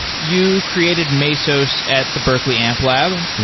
you created mesos at the berkeley amplab.